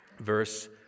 Verse